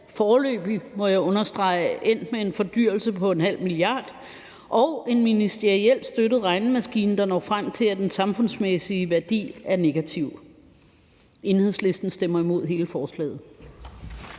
foreløbig, må jeg understrege – endt med en fordyrelse på ½ mia. kr. og en ministerielt støttet regnemaskine, der når frem til, at den samfundsmæssige værdi er negativ. Enhedslisten stemmer imod hele forslaget.